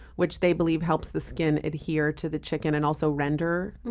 which they believe helps the skin adhere to the chicken and also render.